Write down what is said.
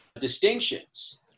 distinctions